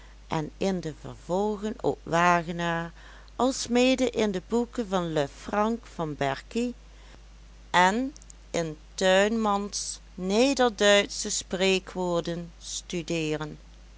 en in de vervolgen op wagenaar alsmede in de boeken van le francq van berkhey en in tuinmans nederduytsche spreekwoorden studeeren